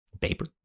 paper